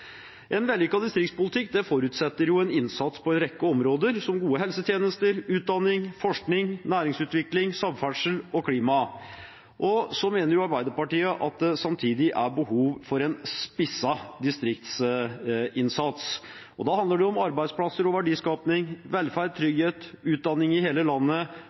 En vellykket distriktspolitikk forutsetter en innsats på en rekke områder, som gode helsetjenester, utdanning, forskning, næringsutvikling, samferdsel og klima. Arbeiderpartiet mener samtidig at det er behov for en spisset distriktsinnsats. Det handler om arbeidsplasser og verdiskaping, velferd, trygghet, utdanning i hele landet